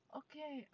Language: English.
okay